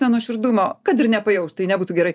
nenuoširdumą kad ir nepajaus tai nebūtų gerai